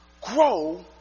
grow